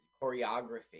choreography